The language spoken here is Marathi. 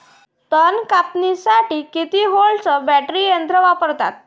तन कापनीले किती व्होल्टचं बॅटरी यंत्र वापरतात?